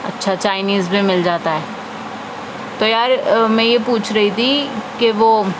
اچھا چائنیز بھی مل جاتا ہے تو یار میں یہ پوچھ رہی تھی کہ وہ